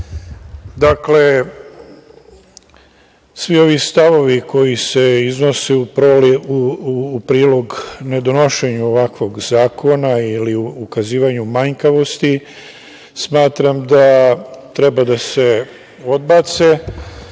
svi ovi stavovi koji se iznose u prilog nedonošenju ovakvog zakona ili ukazivanju manjkavosti, smatram da treba da se odbace